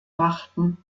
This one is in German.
machten